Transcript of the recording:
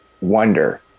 wonder